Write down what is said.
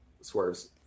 swerves